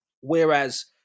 Whereas